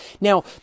Now